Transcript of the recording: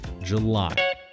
July